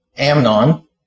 Amnon